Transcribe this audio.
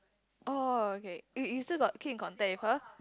oh okay you you still got keep in contact with her